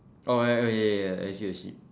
oh ya ya ya yeah yeah yeah I see I see